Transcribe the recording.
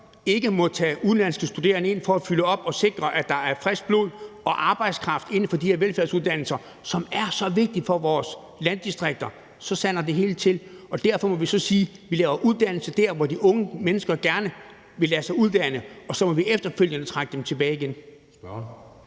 ikke må tage udenlandske studerende ind for at fylde op og sikre, at der er frisk blod og arbejdskraft inden for de her velfærdsuddannelser, som er så vigtige for vores landdistrikter, så sander det hele til. Og derfor må vi sige, at vi laver uddannelser der, hvor de unge mennesker gerne vil lade sig uddanne, og så må vi efterfølgende trække dem tilbage igen.